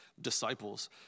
disciples